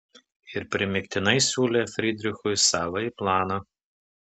ir primygtinai siūlė frydrichui savąjį planą